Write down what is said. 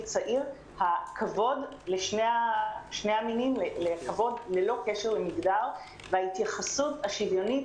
צעיר הכבוד לשני המינים ללא קשר למגדר וההתייחסות השוויונית